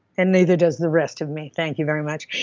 and neither does the rest of me thank you very much.